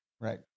right